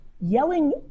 yelling